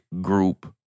group